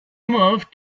moved